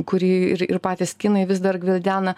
kurį ir ir patys kinai vis dar gvildena